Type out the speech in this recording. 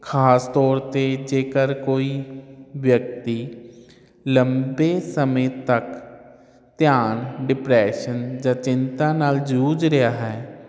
ਖਾਸ ਤੌਰ 'ਤੇ ਜੇਕਰ ਕੋਈ ਵਿਅਕਤੀ ਲੰਬੇ ਸਮੇਂ ਤੱਕ ਧਿਆਨ ਡਿਪਰੈਸ਼ਨ ਜਾਂ ਚਿੰਤਾ ਨਾਲ ਜੂਝ ਰਿਹਾ ਹੈ ਤਾਂ